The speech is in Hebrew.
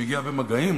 שמגיעה במגעים.